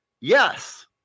Yes